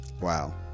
Wow